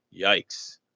Yikes